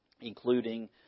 including